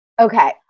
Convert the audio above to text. Okay